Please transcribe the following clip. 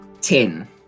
Ten